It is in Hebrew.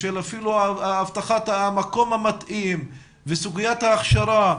להבטחת המקום המתאים וסוגיית ההכשרה.